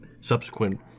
subsequent